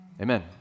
Amen